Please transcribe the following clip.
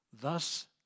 Thus